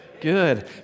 Good